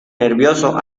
nervioso